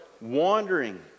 wandering